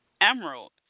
emerald